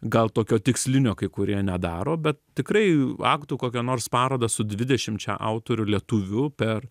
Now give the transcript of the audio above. gal tokio tikslinio kai kurie nedaro bet tikrai aktų kokią nors parodą su dvidešimčia autorių lietuvių per